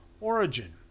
origin